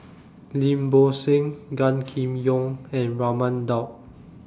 Lim Bo Seng Gan Kim Yong and Raman Daud